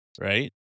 right